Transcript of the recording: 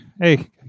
Hey